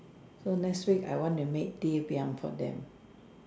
so next week I wanna make ti-piang for them